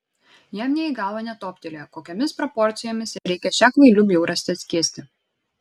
jam nė į galvą netoptelėjo kokiomis proporcijomis reikia šią kvailių bjaurastį atskiesti